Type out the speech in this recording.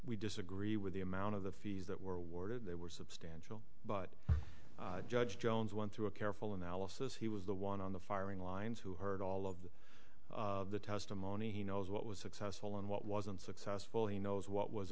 we disagree with the amount of the fees that were awarded they were substantial but judge jones went through a careful analysis he was the one on the firing lines who heard all of the testimony he knows what was successful and what wasn't successful he knows what was